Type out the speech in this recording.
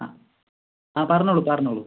ആ ആ പറഞ്ഞോളൂ പറഞ്ഞോളൂ